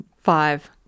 Five